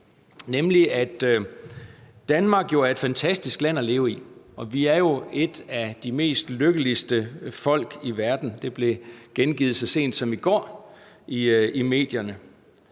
nemlig at Danmark er et fantastisk land at leve i, og at vi jo er et af de mest lykkelige folk i verden. Det blev gengivet så sent som i går i medierne.